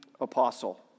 Apostle